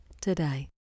today